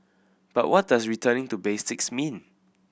but what does returning to basics mean